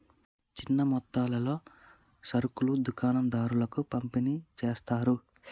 చిన్న మొత్తాలలో సరుకులు దుకాణం దారులకు పంపిణి చేస్తారు